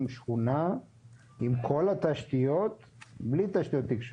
שכונה עם כל התשתיות בלי תשתיות תקשורת.